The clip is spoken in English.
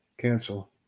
Cancel